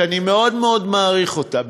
ואני מאוד מאוד מעריך אותה,